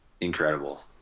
incredible